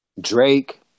Drake